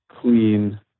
clean